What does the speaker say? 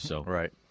Right